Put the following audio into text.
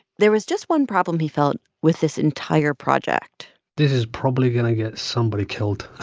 there was just one problem he felt with this entire project this is probably going to get somebody killed.